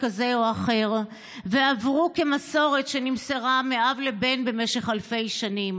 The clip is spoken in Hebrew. כזה או אחר ועברו כמסורת שנמסרה מאב לבן במשך אלפי שנים,